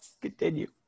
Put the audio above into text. continue